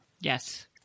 Yes